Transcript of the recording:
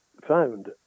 found